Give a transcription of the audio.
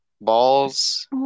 Balls